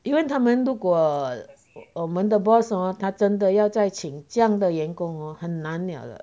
因为他们如果我们的 boss hor 他真的要再请这样的员工 hor 很难了了